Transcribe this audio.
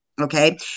Okay